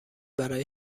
برای